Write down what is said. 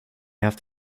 haft